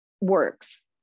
works